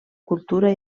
cultura